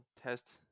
test